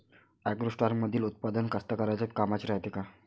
ॲग्रोस्टारमंदील उत्पादन कास्तकाराइच्या कामाचे रायते का?